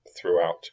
throughout